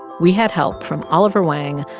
we had help from oliver wang,